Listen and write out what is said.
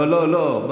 לא, לא, לא.